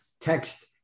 Text